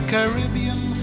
Caribbean